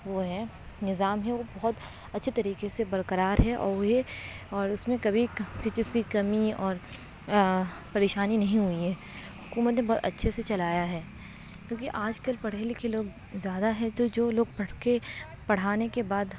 وہ ہیں نظام ہیں وہ بہت اچھے طریقے سے برقرار ہے اور وہی اور اس میں کبھی کسی چیز کی کمی اور پریشانی نہیں ہوئی ہے حکومت نے بہت اچھے سے چلایا ہے کیونکہ آج کل پڑھے لکھے لوگ زیادہ ہیں تو جو لوگ پڑھ کے پڑھانے کے بعد